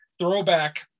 throwback